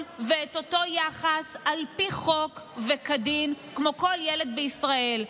ואת אותו יחס על פי חוק וכדין כמו כל ילד בישראל.